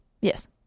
Yes